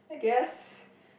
I guess